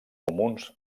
comuns